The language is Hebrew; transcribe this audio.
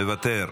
מוותר,